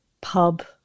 pub